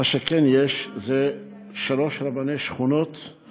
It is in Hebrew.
מה שכן יש זה שלושה רבני שכונות,